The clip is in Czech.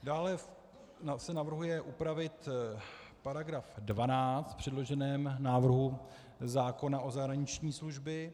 Dále se navrhuje upravit § 12 v předloženém návrhu zákona o zahraniční službě.